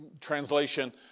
translation